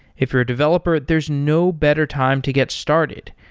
if you're a developer, there's no better time to get started.